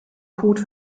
code